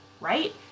right